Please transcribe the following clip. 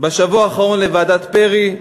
בשבוע האחרון לוועדת פרי,